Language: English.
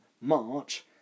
March